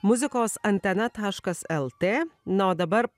muzikos antena taškas lt na o dabar